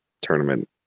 tournament